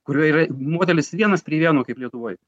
kurioj yra modelis vienas prie vieno kaip lietuvoj